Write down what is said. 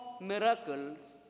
miracles